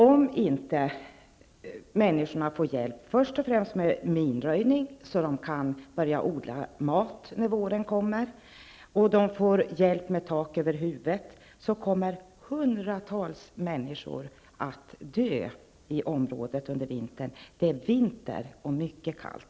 Om inte människorna får hjälp, först och främst med minröjning, så att de kan börja odla grönsaker när våren kommer, och sedan med att få tak över huvudet, kommer hundratals människor att dö i området under vintern. Det är vinter nu, och det är mycket kallt.